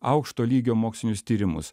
aukšto lygio mokslinius tyrimus